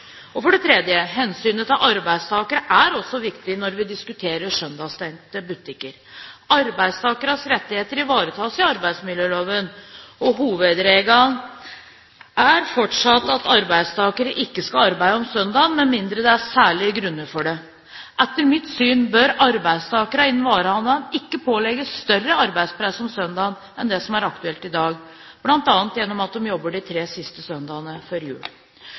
For det tredje er hensynet til arbeidstakerne også viktig når vi diskuterer søndagsstengte butikker. Arbeidstakernes rettigheter ivaretas i arbeidsmiljøloven, og hovedregelen er fortsatt at arbeidstakere ikke skal arbeide om søndagen med mindre det er særlige grunner til det. Etter mitt syn bør arbeidstakerne innen varehandelen ikke pålegges større arbeidspress om søndagene enn det som er aktuelt i dag, bl.a. gjennom at de jobber de tre siste søndagene før jul.